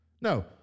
No